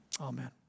Amen